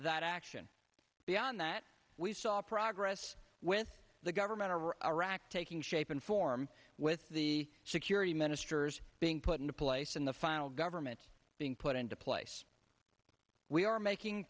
that action beyond that we saw progress with the government of iraq taking shape and form with the security ministers being put into place in the final government being put into place we are making